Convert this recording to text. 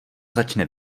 začne